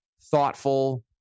thoughtful